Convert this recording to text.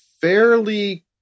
fairly